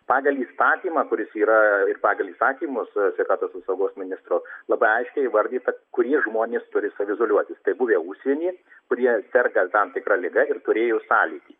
pagal įstatymą kuris yra ir pagal įstatymus sveikatos apsaugos ministro labai aiškiai įvardyta kurie žmonės turi saviizoliuotis tai buvę užsieny kurie serga tam tikra liga ir turėjo sąlytį